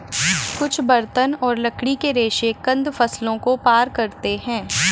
कुछ बर्तन और लकड़ी के रेशे कंद फसलों को पार करते है